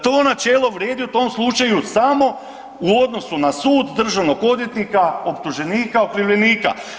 To načelo vrijedi u tom slučaju samo u odnosu na sud, državnog odvjetnika, optuženika, okrivljenika.